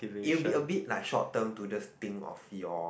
you will a bit like short term to just think of your